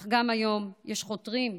אך גם היום יש החותרים,